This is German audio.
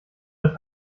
das